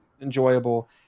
enjoyable